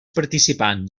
participants